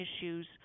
issues